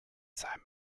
seinem